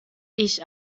ich